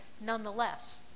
nonetheless